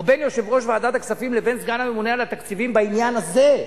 או בין יושב-ראש ועדת הכספים לבין סגן הממונה על התקציבים בעניין הזה,